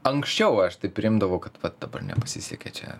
anksčiau aš taip priimdavau kad va dabar nepasisekė čia